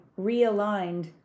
realigned